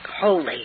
holy